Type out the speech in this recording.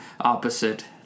opposite